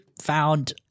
found